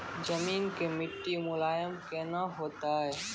जमीन के मिट्टी मुलायम केना होतै?